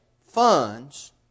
funds